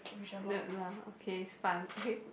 not lah okay is fun okay